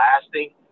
lasting